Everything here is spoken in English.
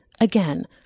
again